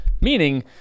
meaning